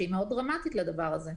שהיא מאוד דרמטית לדבר הזה.